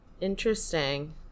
Interesting